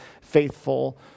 faithful